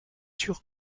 sûr